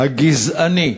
הגזעני,